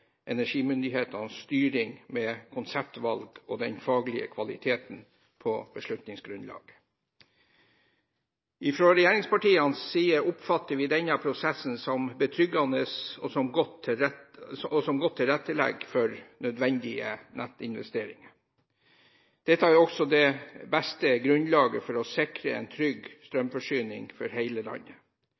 energimyndighetenes styring med konseptvalget og den faglige kvaliteten på beslutningsgrunnlaget. Fra regjeringspartienes side oppfatter vi denne prosessen som betryggende og at den tilrettelegger godt for nødvendige nettinvesteringer. Dette er også det beste grunnlaget for å sikre en trygg strømforsyning for hele landet.